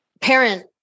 parent